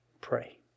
Pray